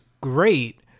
great